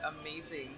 amazing